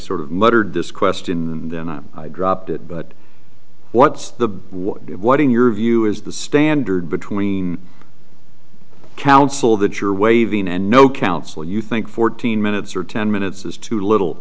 sort of muttered this question and i dropped it but what's the what in your view is the standard between counsel that you're waving and no counsel you think fourteen minutes or ten minutes is too little